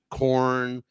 corn